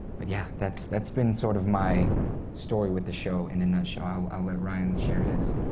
but yeah, that's that's been sort of my story with the show in a nutshell. i'll and let ryan share his.